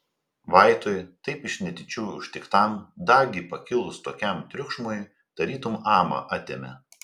vaitui taip iš netyčių ištiktam dagi pakilus tokiam triukšmui tarytum amą atėmė